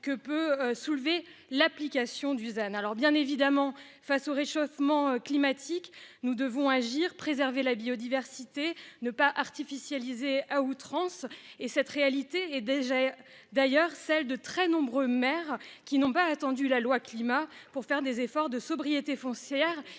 que peut soulever l'application du zen, alors bien évidemment face au réchauffement climatique. Nous devons agir, préserver la biodiversité ne pas artificialiser à outrance et cette réalité est déjà. D'ailleurs celle de très nombreux maires qui n'ont pas attendu la loi climat pour faire des efforts de sobriété foncière